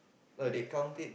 that